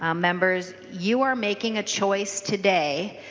um members you are making a choice today.